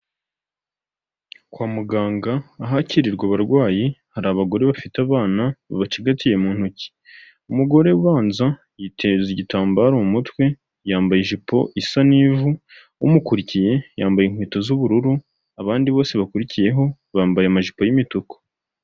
Kwa muganga ahakirirwa abarwayi, hari abagore bafite abana, babacigatiye mu ntoki, umugore ubanza yitereza igitambaro mu mutwe, yambaye ijipo isa n'ivu, umukurikiye yambaye inkweto z'ubururu, abandi bose bakurikiyeho bambaye amajipo y'imituku.